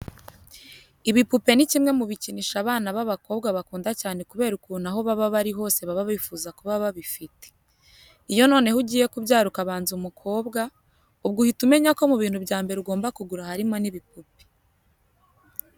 Ibipupe ni kimwe mu bikinisho abana b'abakobwa bakunda cyane kubera ukuntu aho baba bari hose baba bifuza kuba babifite. Iyo noneho ugiye kubyara ukabanza umukobwa, ubwo uhita umenya ko mu bintu bya mbere ugomba kugura harimo n'ibipupe.